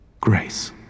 Grace